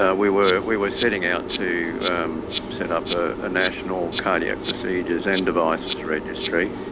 ah we were we were setting out to um set up a national cardiac procedures and devices registry.